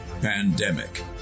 Pandemic